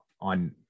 on